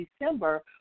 December